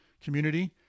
community